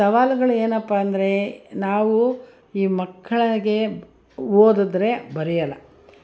ಈ ಸವಾಲ್ಗಳು ಏನಪ್ಪ ಅಂದರೆ ನಾವು ಈ ಮಕ್ಳಿಗೆ ಓದಿದ್ರೆ ಬರೆಯೋಲ್ಲ